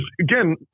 again